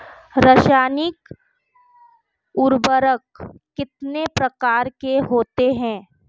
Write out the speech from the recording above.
रासायनिक उर्वरक कितने प्रकार के होते हैं?